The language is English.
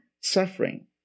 Suffering